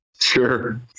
Sure